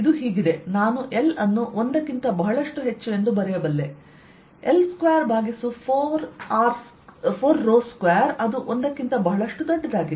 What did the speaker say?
ಇದು ಹೀಗಿದೆ ನಾನು L ಅನ್ನು 1 ಕ್ಕಿಂತ ಬಹಳಷ್ಟು ಹೆಚ್ಚುಎಂದು ಬರೆಯಬಲ್ಲೆ L242ಅದು 1 ಕ್ಕಿಂತ ಬಹಳಷ್ಟುದೊಡ್ಡದಾಗಿದೆ